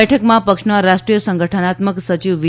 બેઠકમાં પક્ષના રાષ્ટ્રીય સંગઠનાત્મક સચિવ વી